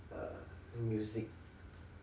uh music